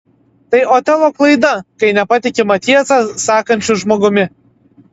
tai otelo klaida kai nepatikima tiesą sakančiu žmogumi